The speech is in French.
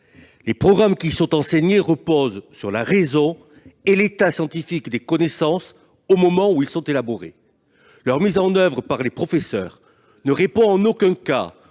Les programmes qui y sont enseignés reposent sur la raison et l'état scientifique des connaissances au moment où ils sont élaborés. Leur mise en oeuvre par les professeurs ne répond en aucun cas